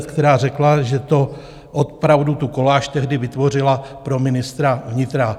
, která řekla, že opravdu tu koláž tehdy vytvořila pro ministra vnitra.